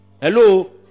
Hello